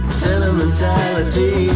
sentimentality